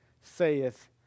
saith